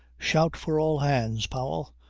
shout for all hands, powell,